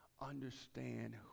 understand